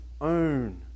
own